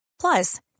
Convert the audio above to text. plus